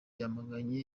yamaganye